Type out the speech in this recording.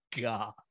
God